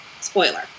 Spoiler